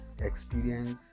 experience